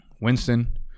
Winston